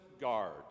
guard